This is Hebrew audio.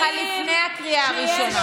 אני אומרת לך לפני הקריאה הראשונה.